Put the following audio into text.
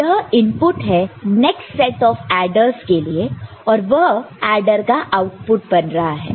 तो यह इनपुट है नेक्स्ट सेट ऑफ ऐडरस के लिए और वह ऐडर का आउटपुट बन रहा है